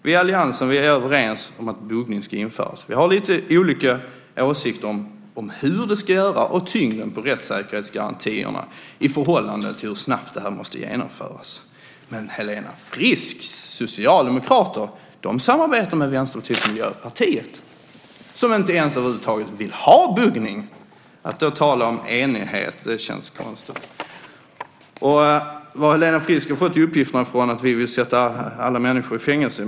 Vi i alliansen är överens om att buggning ska införas. Vi har lite olika åsikter om hur det ska göras och tyngden av rättssäkerhetsgarantierna i förhållande till hur snabbt det måste genomföras. Men Helena Frisks socialdemokrater samarbetar med Vänsterpartiet och Miljöpartiet, som över huvud taget inte ens vill ha buggning. Att man då talar om enighet känns konstigt. Jag vet inte var Helena Frisk har fått uppgiften att vi mer eller mindre vill sätta alla människor i fängelse.